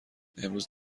امروز